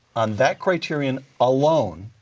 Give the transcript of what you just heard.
on that criterion alone,